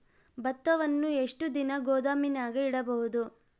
ಭತ್ತವನ್ನು ಎಷ್ಟು ದಿನ ಗೋದಾಮಿನಾಗ ಇಡಬಹುದು?